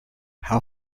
how